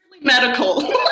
Medical